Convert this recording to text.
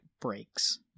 breaks